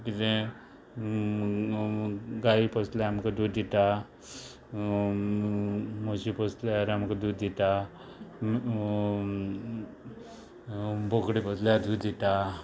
कितें गायी पोसल्यार आमकां दूद दिता म्हशी पसल्यार आमकां दूद दिता बोकडी पोसल्या दूद दिता